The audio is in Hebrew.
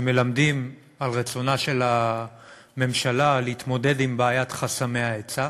שמלמדים על רצונה של הממשלה להתמודד עם בעיית חסמי ההיצע,